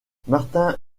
martin